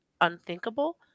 unthinkable